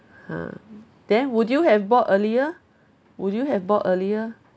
!huh! then would you have bought earlier would you have bought earlier